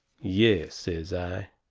yes, says i,